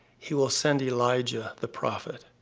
he will send elijah the prophet.